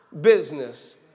business